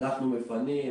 אנחנו מפנים,